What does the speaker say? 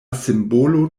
simbolo